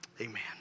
Amen